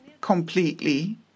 completely